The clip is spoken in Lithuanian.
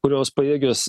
kurios pajėgios